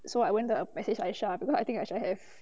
so I went the message aisah because I think aisah have